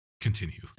Continue